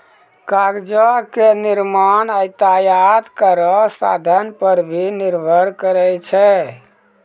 कागजो क निर्माण यातायात केरो साधन पर भी निर्भर करै छै